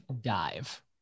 dive